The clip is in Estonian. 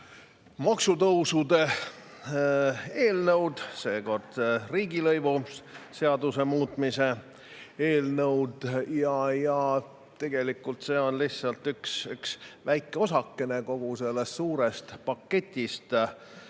maksutõusude eelnõu, seekord riigilõivuseaduse muutmise eelnõu. Tegelikult on see lihtsalt üks väike osakene kogu sellest suurest paketist,